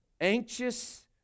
anxious